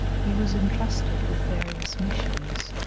he was intrusted with various missions,